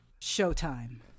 Showtime